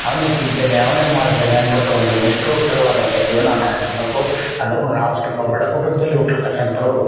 ಅವನೇ ತಿಂತಾನೆ ಅವನೇ ಮಾಡ್ತಾನೆ ಅಂದ್ಬಿಟ್ಟು ಒಂದು ನಿಷ್ಠುರಕರವಾದಂಥ ಜೀವನನ ನಡೆಸ್ಬೇಕು ಅದರಾಗು ನಾವು ಸ್ವಲ್ಪ ಬಡ ಕುಟುಂಬದಲ್ಲಿ ಹುಟ್ಟಿರ್ತಕ್ಕಂಥವ್ರು